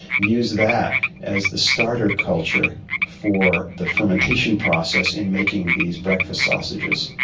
use that as the starter culture for the fermentation process in making these breakfast sausages.